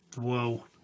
Whoa